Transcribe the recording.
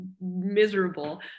Miserable